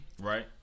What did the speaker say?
Right